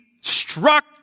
struck